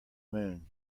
moon